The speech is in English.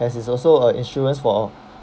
as it's also a insurance for